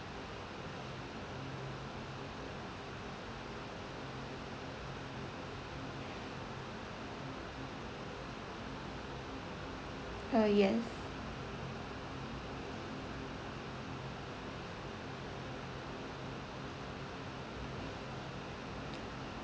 uh yes